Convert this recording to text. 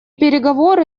переговоры